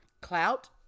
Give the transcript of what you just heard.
Clout